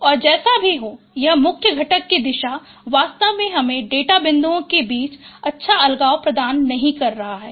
और जैसा भी हो यह मुख्य घटक की दिशा वास्तव में हमें डेटा बिंदुओं के बीच अच्छा अलगाव प्रदान नहीं कर रहा है